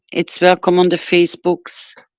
it's welcome on the facebooks,